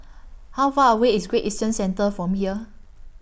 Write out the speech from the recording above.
How Far away IS Great Eastern Centre from here